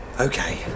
Okay